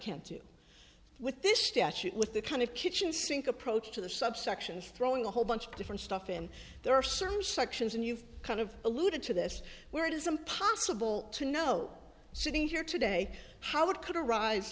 can't do with this statute with the kind of kitchen sink approach to the subsections throwing a whole bunch of different stuff in there are certain sections and you've kind of alluded to this where it is impossible to know sitting here today how it could ar